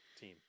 team